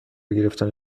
گرفتن